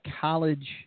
college